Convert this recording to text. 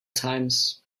times